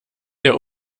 der